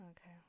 okay